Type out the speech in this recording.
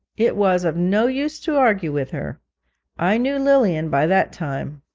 it was of no use to argue with her i knew lilian by that time.